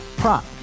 prop